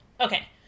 Okay